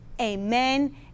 amen